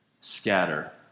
scatter